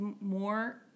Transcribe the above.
more